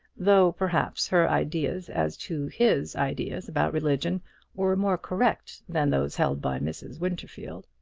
though, perhaps, her ideas as to his ideas about religion were more correct than those held by mrs. winterfield.